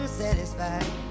satisfied